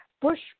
Bush